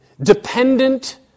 dependent